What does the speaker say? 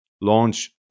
launch